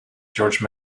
george